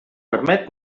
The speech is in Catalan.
permet